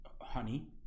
honey